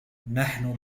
نحن